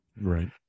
Right